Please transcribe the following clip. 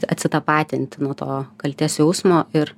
atsitapatinti nuo to kaltės jausmo ir